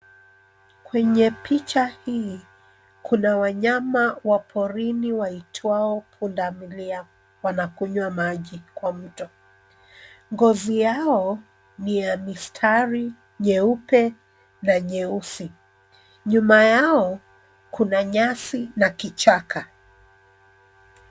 Kwenye picha hii ,kuna wanyama wa porini waitwao pundamilia. Wanakunywa maji kwa mto. Ngozi yao ni ya mistari nyeupe na nyeusi. Nyuma yao kuna nyasi na kichaka.